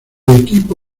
equipo